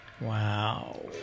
Wow